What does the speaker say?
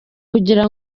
kugira